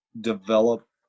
develop